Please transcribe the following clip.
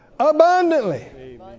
abundantly